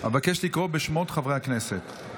אבקש לקרוא בשמות חברי הכנסת.